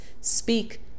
speak